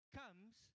comes